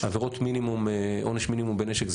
עבירות עונש מינימום בנשק,